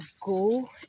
go